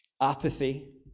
apathy